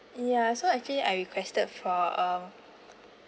ya so actually I requested for uh